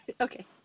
Okay